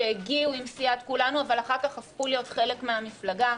שהגיעו עם סיעת כולנו אבל אחר כך הפכו להיות חלק מהמפלגה.